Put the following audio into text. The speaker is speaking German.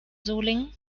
solingen